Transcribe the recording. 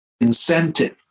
incentive